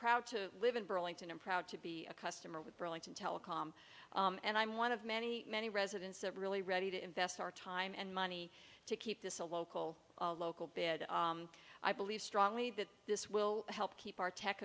proud to live in burlington and proud to be a customer with burlington telecom and i'm one of many many residents are really ready to invest our time and money to keep this a local local bid i believe strongly that this will help keep our tech